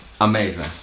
Amazing